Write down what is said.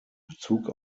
bezug